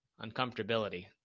uncomfortability